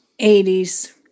80s